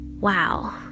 wow